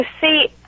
see